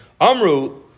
Amru